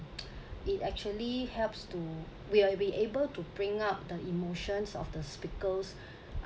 it actually helps to we're be able to bring up the emotions of the speakers